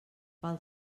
pel